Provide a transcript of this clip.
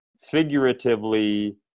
figuratively